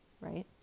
Right